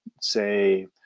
say